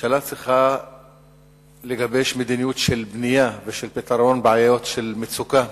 ממשלה צריכה לגבש מדיניות של בנייה ושל פתרון בעיות מצוקה.